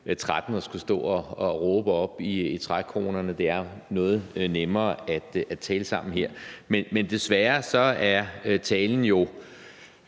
at skulle stå og råbe op i trækronerne. Det er noget nemmere at tale sammen her. Desværre er talen jo